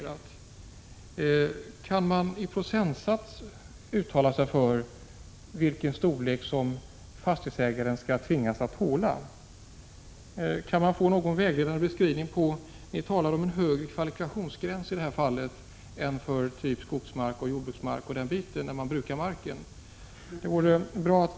Kan man ange en procentsats för vad en fastighetsägare skall tvingas att tåla eller ge någon vägledande beskrivning av vad som menas med den högre kvalifikationsgräns som skall tillämpas i det här fallet jämfört med den som gäller när man brukar skogsoch jordbruksmark?